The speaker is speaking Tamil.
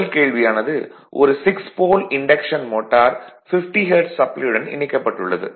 முதல் கேள்வியானது ஒரு 6 போல் இன்டக்ஷன் மோட்டார் 50 ஹெர்ட்ஸ் சப்ளையுடன் இணைக்கப்பட்டுள்ளது